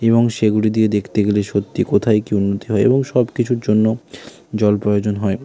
এবং সেগুলি দিয়ে দেখতে গেলে সত্যি কোথায় কী উন্নতি হয় এবং সব কিছুর জন্য জল প্রয়োজন হয়